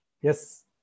Yes